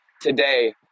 today